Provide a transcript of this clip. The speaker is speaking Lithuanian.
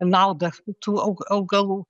naudą tų au augalų